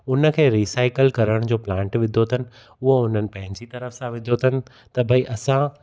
उन खे रीसाइकल करण जो प्लांट विधो अथनि उहो उन्हनि पंहिंजी तरफ़ सां विधियो अथनि त भाई असां